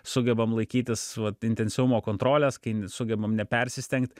sugebam laikytis vat intensyvumo kontrolės kai sugebam nepersistengt